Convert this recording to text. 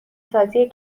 سازی